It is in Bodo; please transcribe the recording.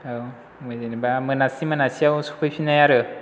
औ जेनोबा मोनासि मोनासियाव सौफैफिननाय आरो